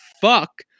fuck